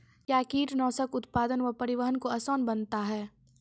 कया कीटनासक उत्पादन व परिवहन को आसान बनता हैं?